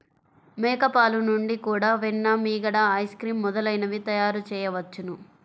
మేక పాలు నుండి కూడా వెన్న, మీగడ, ఐస్ క్రీమ్ మొదలైనవి తయారుచేయవచ్చును